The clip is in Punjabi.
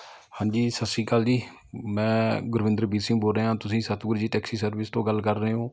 ਹਾਂਜੀ ਸਤਿ ਸ਼੍ਰੀ ਅਕਾਲ ਜੀ ਮੈਂ ਗੁਰਵਿੰਦਰਬੀਰ ਸਿੰਘ ਬੋਲ ਰਿਹਾ ਤੁਸੀਂ ਸਤਿਗੁਰੂ ਜੀ ਟੈਕਸੀ ਸਰਵਿਸ ਤੋਂ ਗੱਲ ਕਰ ਰਹੇ ਹੋ